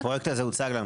הפרקט הזה הוצג.